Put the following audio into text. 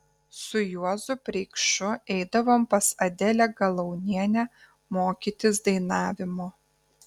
su juozu preikšu eidavom pas adelę galaunienę mokytis dainavimo